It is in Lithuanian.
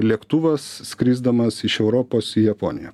lėktuvas skrisdamas iš europos į japoniją